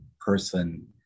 person